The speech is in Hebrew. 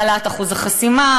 העלאת אחוז החסימה,